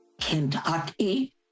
Kentucky